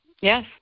Yes